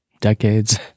decades